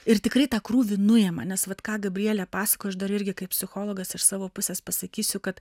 ir tikrai tą krūvį nuima nes vat ką gabrielė pasakojo dar irgi kaip psichologas iš savo pusės pasakysiu kad